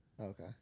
Okay